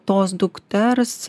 tos dukters